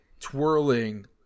twirling